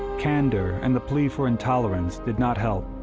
candor and the plea for intolerance did not help.